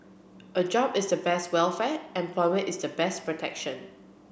a job is the best welfare employment is the best protection